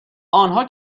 آنها